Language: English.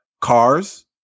cars